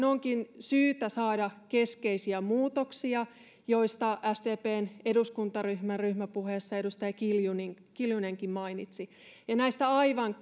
onkin syytä saada keskeisiä muutoksia joista sdpn eduskuntaryhmän ryhmäpuheessa edustaja kiljunenkin mainitsi ja näistä aivan